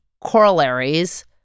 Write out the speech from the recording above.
corollaries